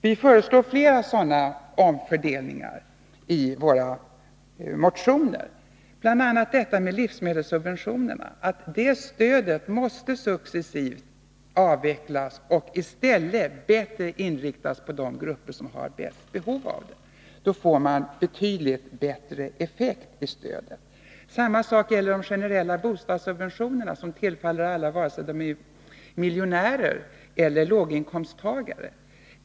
Vi föreslår flera sådana omfördelningar i våra motioner. Vi säger bl.a. att livsmedelssubventionerna successivt måste avvecklas och stödet i stället bättre inriktas på de grupper som har bäst behov av det. Då får man betydligt bättre effekt av stödet. Samma sak gäller de generella bostadssubventionerna, som tillfaller alla vare sig de är miljonärer eller låginkomsttagare.